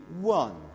one